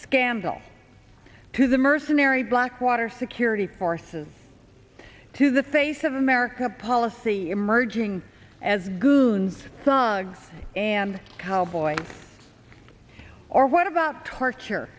scandal to the mercenary blackwater security forces to the face of america policy emerging as goons thugs and cowboys or what about torture